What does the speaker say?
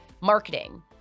marketing